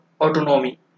autonomy